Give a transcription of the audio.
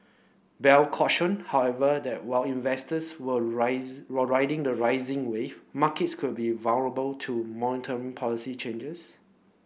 bell cautioned however that while investors were were riding the rising wave markets could be vulnerable to monetary policy changes